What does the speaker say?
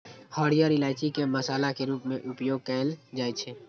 हरियर इलायची के मसाला के रूप मे उपयोग कैल जाइ छै